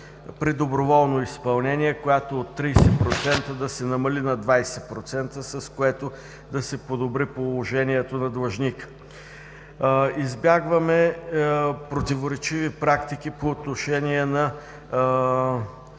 при доброволно изпълнение, която от 30% да се намали на 20%, с което да се подобри положението на длъжника. Избягваме противоречиви практики по отношение на